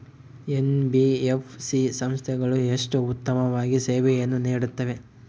NBFC ಸಂಸ್ಥೆಗಳು ಎಷ್ಟು ಉತ್ತಮವಾಗಿ ಸೇವೆಯನ್ನು ನೇಡುತ್ತವೆ?